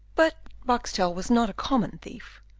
but boxtel was not a common thief,